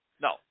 No